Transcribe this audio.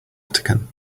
vatican